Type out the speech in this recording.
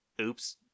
Oops